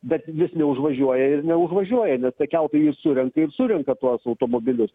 bet vis neužvažiuoja ir neužvažiuoja nes tie keltai vis surenka ir surenka tuos automobilius